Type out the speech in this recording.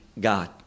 God